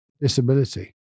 disability